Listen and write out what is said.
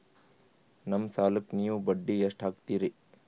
ನಮ್ಮ ಸಾಲಕ್ಕ ನೀವು ಬಡ್ಡಿ ಎಷ್ಟು ಹಾಕ್ತಿರಿ?